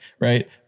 right